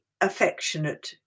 affectionate